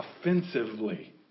offensively